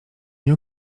nie